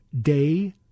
day